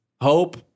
hope